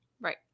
right